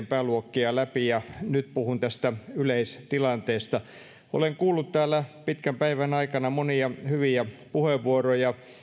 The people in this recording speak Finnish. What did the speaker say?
pääluokkia läpi nyt puhun tästä yleistilanteesta olen kuullut täällä pitkän päivän aikana monia hyviä puheenvuoroja